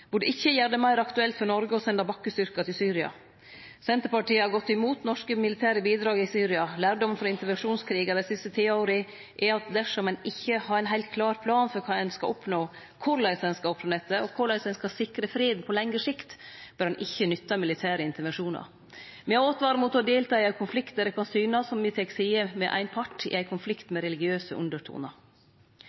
burde ikkje gjere det meir aktuelt for Noreg å sende bakkestyrkar til Syria. Senterpartiet har gått imot norske militære bidrag i Syria. Lærdomen frå intervensjonskrigar dei siste tiåra er at dersom ein ikkje har ein heilt klar plan for kva ein skal oppnå, korleis ein skal oppnå dette, og korleis ein skal sikre fred på lengre sikt, bør ein ikkje nytte militære intervensjonar. Me har åtvara mot å delta i ein konflikt der det kan synast som om me tek sida til ein part, i ein konflikt med religiøse undertonar.